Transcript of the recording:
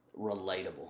relatable